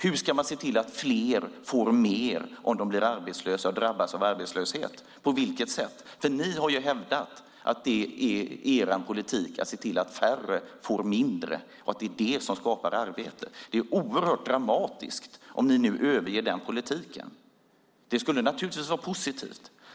Hur ska man se till att fler får mer vid arbetslöshet? Hittills har er politik varit att se till att färre får mindre för att det skapar arbete. Det är dramatiskt, men givetvis positivt, om ni nu överger denna politik.